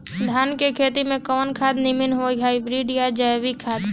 धान के खेती में कवन खाद नीमन होई हाइब्रिड या जैविक खाद?